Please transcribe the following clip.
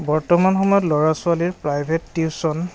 বৰ্তমান সময়ত ল'ৰা ছোৱালীৰ প্ৰাইভেট টিউশ্যন